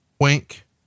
wink